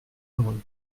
heureux